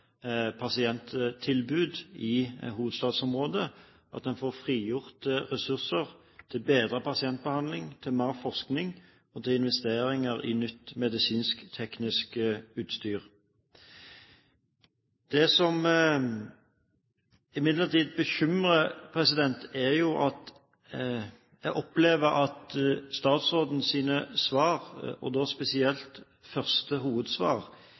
pasienttilbud i hovedstadsområdet, at en får frigjort ressurser til bedre pasientbehandling, til mer forskning og til investeringer i nytt medisinsk teknisk utstyr. Det som imidlertid bekymrer, er at en opplever at statsrådens svar – og da spesielt første hovedsvar